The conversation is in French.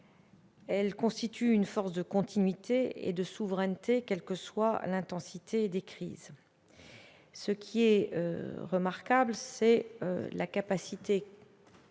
Elle constitue une force de continuité et de souveraineté, quelle que soit l'intensité des crises. Les gendarmes ont de remarquables capacités